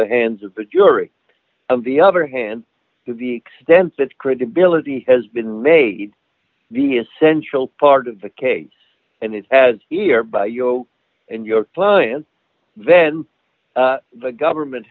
the hands of the jury of the other hand to the extent that credibility has been made the essential part of the cage and it has here by you and your client then the government